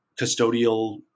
custodial